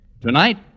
Tonight